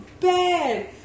bad